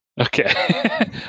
Okay